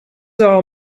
are